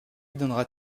donneras